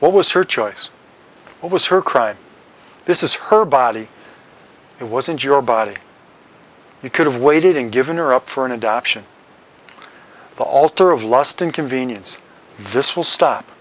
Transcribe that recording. what was her choice what was her crime this is her body it wasn't your body you could have waited and given her up for an adoption the altar of lust and convenience this will stop